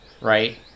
right